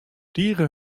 tige